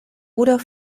oder